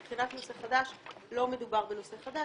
מבחינת נושא חדש - לא מדובר בנושא חדש,